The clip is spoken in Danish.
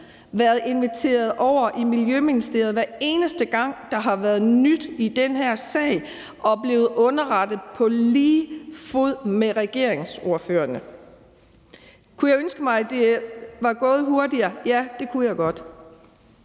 været inviteret over i Miljøministeriet, hver eneste gang der har været nyt i den her sag, og er blevet underrettet på lige fod med regeringens ordførerne. Kunne jeg ønske mig, at det var gået hurtigere? Ja, det kunne jeg godt.